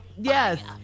Yes